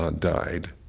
ah died.